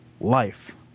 life